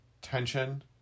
tension